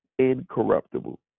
incorruptible